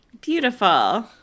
beautiful